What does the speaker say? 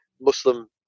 Muslim